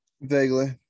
Vaguely